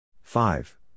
five